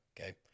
okay